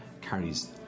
carries